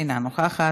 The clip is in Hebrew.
אינה נוכחת,